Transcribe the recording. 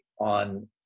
on